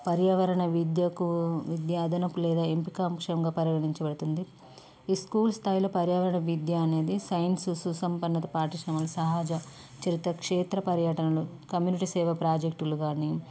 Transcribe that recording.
పర్యావరణ విద్యకు విద్యార్డులకు లేదా ఎంపిక అంశంగా పరిగణించబడుతుంది ఈ స్కూల్ స్థాయిలో పర్యావరణ విద్య అనేది సైన్సు సుసంపన్నత పాటించడం వలన సహజ క్షేత్ర పర్యటనలు కమ్యూనిటీ సేవా ప్రాజెక్టులు కానీ